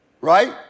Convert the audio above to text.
right